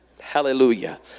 Hallelujah